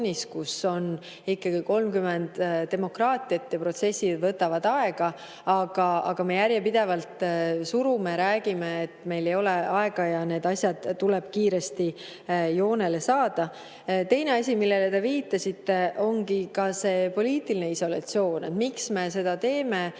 kus on ikkagi koos 30 demokraatiat ja protsessid võtavad aega. Aga me järjepidevalt surume ja räägime, et meil ei ole aega ja need asjad tuleb kiiresti joonele saada. Teine asi, millele te viitasite, on poliitiline isolatsioon. Me seda kõike teeme